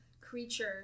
creature